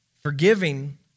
Forgiving